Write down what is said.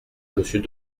monsieur